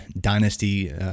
dynasty